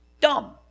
dumb